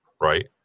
right